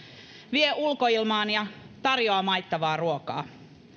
vie ulkoilmaan ja tarjoaa maittavaa ruokaa